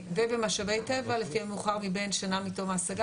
ובמשאבי טבע לפי המאוחר מבין שנה מתום ההשגה